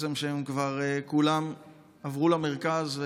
שכבר כולם עברו למרכז,